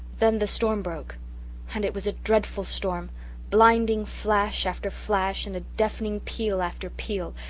then the storm broke and it was a dreadful storm blinding flash after flash and deafening peal after peal,